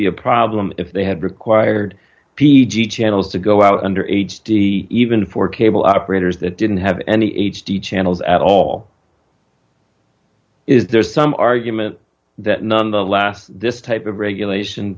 be a problem if they had required p g channels to go out under h d even for cable operators that didn't have any h d channels at all is there some argument that none the less this type of regulation